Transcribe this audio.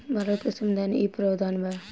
भारत के संविधान में इ प्रावधान बा